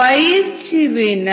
பயிற்சி வினா 5